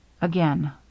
Again